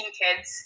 kids